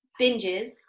binges